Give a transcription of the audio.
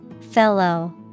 Fellow